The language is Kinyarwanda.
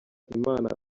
imana